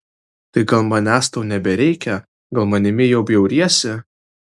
tai gal manęs tau nebereikia gal manimi jau bjauriesi